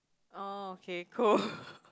orh okay cool